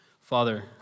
Father